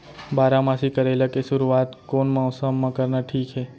बारामासी करेला के शुरुवात कोन मौसम मा करना ठीक हे?